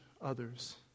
others